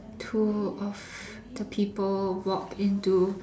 two of two people walk into